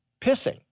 pissing